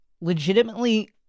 legitimately